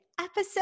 episode